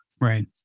right